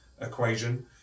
equation